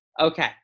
Okay